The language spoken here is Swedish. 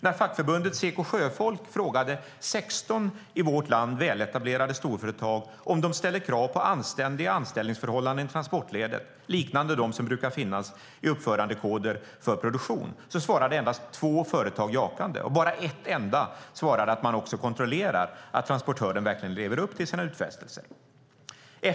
När fackförbundet Seko sjöfolk frågade 16 väletablerade storföretag i vårt land om de ställer krav på anständiga anställningsförhållanden i transportledet, liknande de som brukar finnas i uppförandekoder för produktion, svarade endast två företag jakande, och bara ett enda svarade att man också kontrollerar att transportören verkligen lever upp till sina utfästelser.